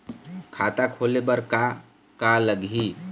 खाता खोले बर का का लगही?